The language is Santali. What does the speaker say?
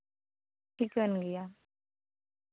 ᱴᱷᱤᱠᱟᱹᱱ ᱜᱮᱭᱟ